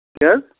کیٛاہ حظ